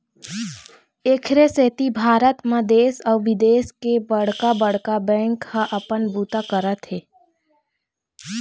एखरे सेती भारत म देश अउ बिदेश के बड़का बड़का बेंक ह अपन बूता करत हे